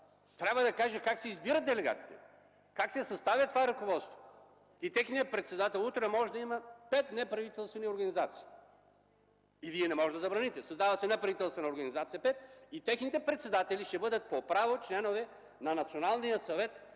трябва да каже как се избират делегатите, как се съставя това ръководство. Утре може да има 5 неправителствени организации. Вие не можете да ги забраните. Създават се неправителствени организации и техните председатели ще бъдат по право членове на националния съвет